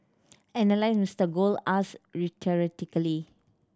analyst Mister Gold asked rhetorically